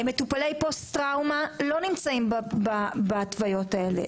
מטופלי פוסט טראומה לא נמצאים בהתוויות האלה.